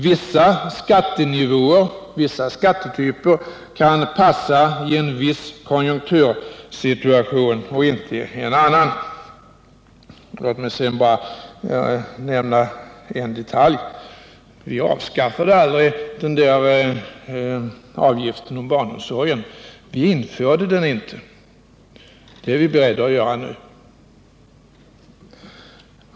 Vissa skattenivåer och skattetyper kan passa i en viss konjunktursituation men inte i en annan. Låt mig härutöver bara nämna en detalj, nämligen att vi aldrig avskaffat avgiften för barnomsorgen. Det var i stället så att vi inte införde den. Vi är däremot nu beredda att göra det.